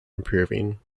improving